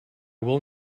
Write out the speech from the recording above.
will